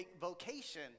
vocation